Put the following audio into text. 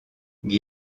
guy